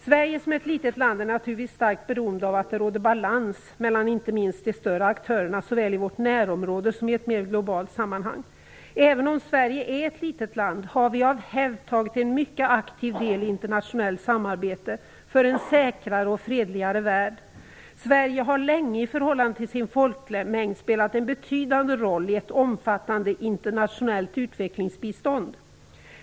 Sverige, som är ett litet land, är naturligtvis starkt beroende av att det råder balans, inte minst bland de större aktörerna, såväl i vårt närområde som i ett mer globalt sammanhang. Även om Sverige är ett litet land har vi av hävd tagit en mycket aktiv del i internationellt samarbete för en säkrare och fredligare värld. Sverige har länge i förhållande till sin folkmängd spelat en betydande roll för ett omfattande utvecklingsbistånd.